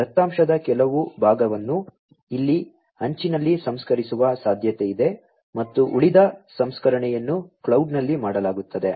ದತ್ತಾಂಶದ ಕೆಲವು ಭಾಗವನ್ನು ಇಲ್ಲಿ ಅಂಚಿನಲ್ಲಿ ಸಂಸ್ಕರಿಸುವ ಸಾಧ್ಯತೆಯಿದೆ ಮತ್ತು ಉಳಿದ ಸಂಸ್ಕರಣೆಯನ್ನು ಕ್ಲೌಡ್ನಲ್ಲಿ ಮಾಡಲಾಗುತ್ತದೆ